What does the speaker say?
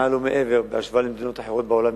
מעל ומעבר בהשוואה למדינות אחרות בעולם,